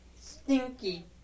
Stinky